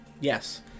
Yes